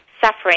suffering